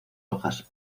hojas